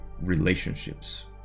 relationships